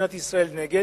מדינת ישראל נגד,